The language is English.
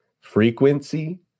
Frequency